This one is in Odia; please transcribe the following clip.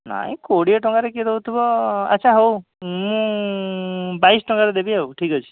ନାଇଁ କୋଡ଼ିଏ ଟଙ୍କାରେ କିଏ ଦେଉଥିବ ଆଚ୍ଛା ହଉ ମୁଁ ବାଇଶ ଟଙ୍କାରେ ଦେବି ଆଉ ଠିକ୍ ଅଛି